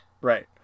Right